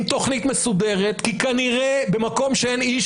תוכנית מסודרת כי כנראה במקום שאין איש,